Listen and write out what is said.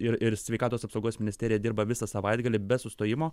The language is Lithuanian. ir ir sveikatos apsaugos ministerija dirba visą savaitgalį be sustojimo